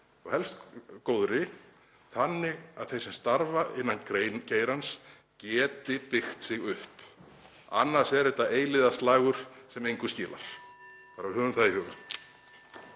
og helst góðri þannig að þeir sem starfa innan geirans geti byggt sig upp. Annars er þetta eilífðarslagur sem engu skilar. Höfum það í huga.